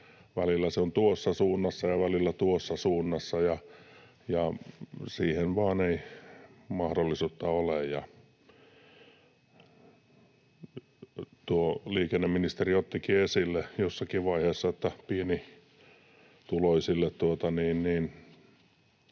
välillä tuossa suunnassa ja välillä tuossa suunnassa, ja siihen vain ei ole mahdollisuutta. Liikenneministeri ottikin esille jossakin vaiheessa, että pienituloisille